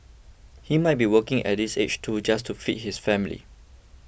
he might be working at this age too just to feed his family